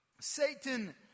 Satan